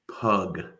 pug